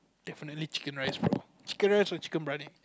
definitely chicken rice bro chicken rice or Chicken Briyani